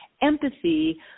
empathy